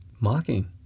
mocking